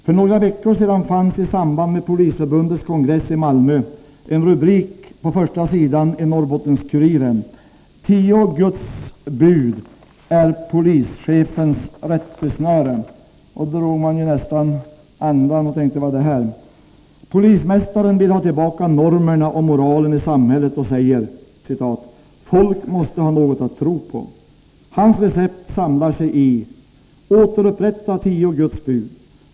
För några veckor sedan fanns i samband med polisförbundets kongress i Malmö en rubrik på första sidan i Norrbottens-Kuriren: ”Tio Guds bud polischefens rättesnöre.” I tidningsartikeln säger polismästaren att han vill ha tillbaka normerna och moralen i samhället. Han säger: ”Folk måste ha något att tro på.” Hans recept lyder: ”Återupprätta tio Guds bud.